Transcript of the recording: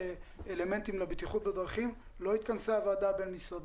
אלמנטים לבטיחות בדרכים לא התכנסה הוועדה הבין-משרדית.